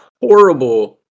horrible